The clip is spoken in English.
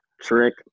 Trick